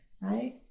right